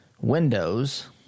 windows